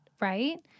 right